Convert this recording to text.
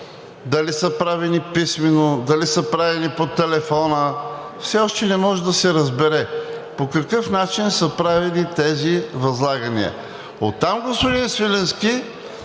дали са правени писмено, дали са правени по телефона – все още не може да се разбере по какъв начин са правили тези възлагания? Оттам господин Свиленски,